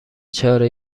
چاره